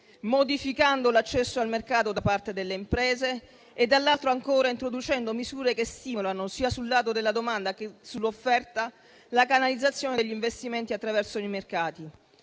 modificando l'accesso al mercato da parte delle imprese e, dall'altro, ancora introducendo misure che stimolano, sia sul lato della domanda, sia su quello dell'offerta, la canalizzazione degli investimenti attraverso i mercati.